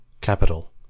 Capital